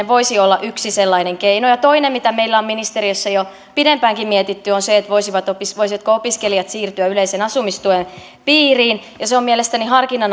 voisi olla yksi sellainen keino ja toinen mitä meillä on ministeriössä jo pidempäänkin mietitty on se voisivatko voisivatko opiskelijat siirtyä yleisen asumistuen piiriin ja se on mielestäni